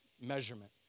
measurement